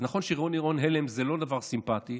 אז נכון שרימון הלם זה לא דבר סימפתי.